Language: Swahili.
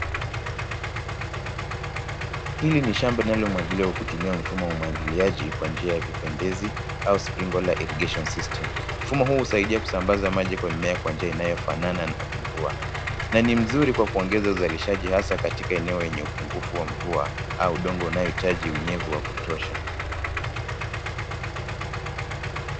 Hili ni shamba linalomwangiliwa kutumia mfumo wa umwangiliaji, kwa njia ya vipembezi, au springler irrigation system . Mfumo huu usaidia kusambaza maji kwa mimea kwa njia inayofanana na mvua, na ni mzuri, kwa kuongeza uzalishaji hasa katika eneo lenye upungufu wa mvua, au udongo unaohitaji unyevu wa kutosha.